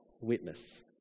witness